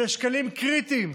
אלה שקלים קריטיים.